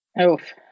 Oof